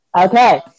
Okay